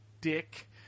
dick